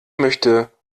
möchte